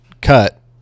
cut